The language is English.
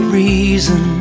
reason